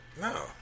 No